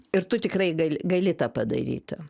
ir tu tikrai gali tą padaryt